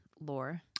lore